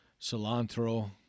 cilantro